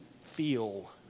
feel